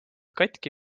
katki